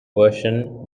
version